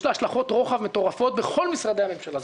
השלכות רוחב מטורפות בכל משרדי הממשלה.